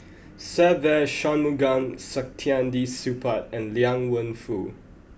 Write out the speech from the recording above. Se Ve Shanmugam Saktiandi Supaat and Liang Wenfu